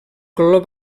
color